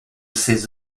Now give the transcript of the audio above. ses